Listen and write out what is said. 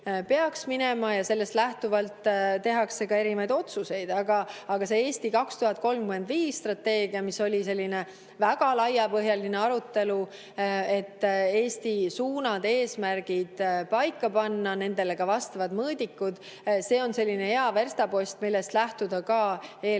peaks minema, ja sellest lähtuvalt tehakse ka erinevaid otsuseid. Aga "Eesti 2035" strateegia, mis oli selline väga laiapõhjaline arutelu, et paika panna Eesti suunad ja eesmärgid ning nendele vastavad mõõdikud, on selline hea verstapost, millest lähtuda ka eelarve